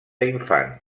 infant